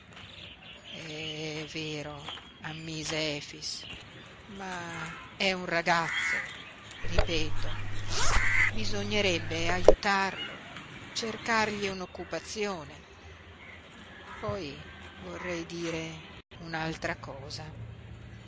è vero ammise efix ma è un ragazzo ripeto bisognerebbe aiutarlo cercargli un'occupazione poi vorrei dire un'altra cosa